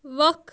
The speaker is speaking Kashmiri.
وق